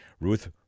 Ruth